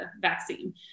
vaccine